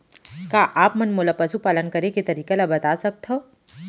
का आप मन मोला पशुपालन करे के तरीका ल बता सकथव?